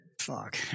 Fuck